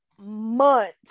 Months